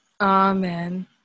amen